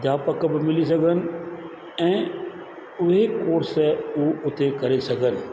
अध्यापक बि मिली सघनि ऐं उहे कोर्स उते करे सघनि